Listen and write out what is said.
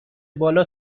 بالا